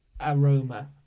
aroma